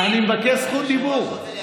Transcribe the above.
הם מציינים את זה.